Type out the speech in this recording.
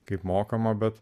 kaip mokama bet